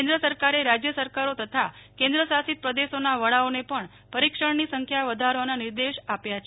કેન્દ્ર સરકારે રાજય સરકારો તથા કેન્દ્ર શાષિત પ્રદેશોના વડાઓને પણ પરીક્ષણની સંખ્યા વધારવાના નિર્દેશ આપ્યા છે